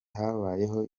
habayeho